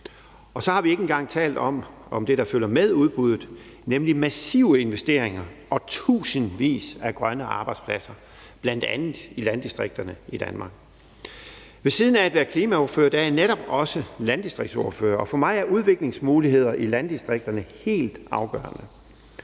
og så har vi ikke engang talt om det, der følger med udbuddet, nemlig massive investeringer og tusindvis af grønne arbejdspladser, bl.a. i landdistrikterne, i Danmark. Ved siden af at være klimaordfører er jeg netop også landdistriktsordfører, og for mig er udviklingsmuligheder i landdistrikterne helt afgørende.